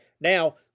now